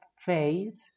phase